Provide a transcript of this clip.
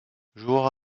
joueurs